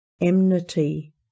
enmity